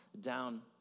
down